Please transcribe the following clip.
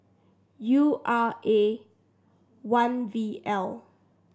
U R A one V L